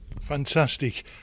Fantastic